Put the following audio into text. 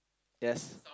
yes